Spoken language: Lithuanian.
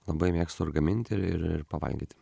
labai mėgstu ir gaminti ir ir pavalgyti